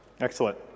Excellent